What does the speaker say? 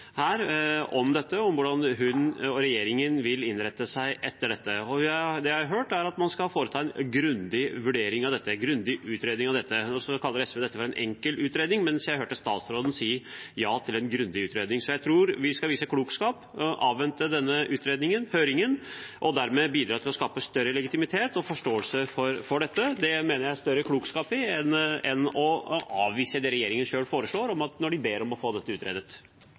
her om hvordan hun og regjeringen vil innrette seg etter dette. Det jeg har hørt, er at man skal foreta en grundig vurdering, grundig utredning, av dette. Så kaller SV dette en enkel utredning, mens jeg hørte statsråden si ja til en grundig utredning. Jeg tror vi skal vise klokskap og avvente denne utredningen, høringen, og dermed bidra til å skape større legitimitet og forståelse for dette. Det mener jeg det er større klokskap i enn å avvise det regjeringen selv foreslår når de ber om å få dette utredet.